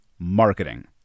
marketing